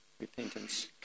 repentance